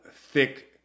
thick